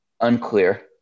unclear